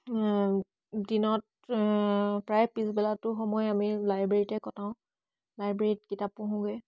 আ দিনত প্ৰায় পিছবেলাটো সময় আমি লাইব্ৰেৰীতে কটাওঁ লাইব্ৰেৰীত কিতাপ পঢ়োঁগৈ